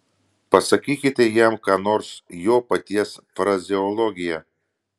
pasakykite jam ką nors jo paties frazeologija